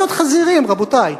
לא להיות חזירים, רבותי.